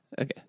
Okay